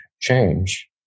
change